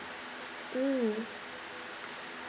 mm